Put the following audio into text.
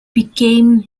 became